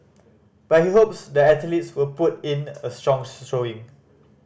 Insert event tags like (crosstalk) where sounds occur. but he hopes the athletes will put in a strong (unintelligible) showing